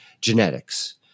genetics